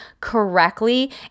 correctly